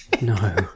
No